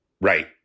Right